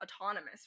autonomous